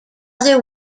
other